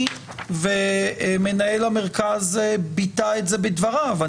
אני ומנהל המרכז ביטא את זה בדבריו,